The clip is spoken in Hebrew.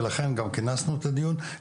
ולכן גם כינסנו את הדיון,